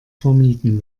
vermieden